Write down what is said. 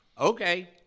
okay